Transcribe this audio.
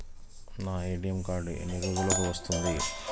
నా ATM card ఎన్ని రోజులకు వస్తుంది?